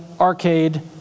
arcade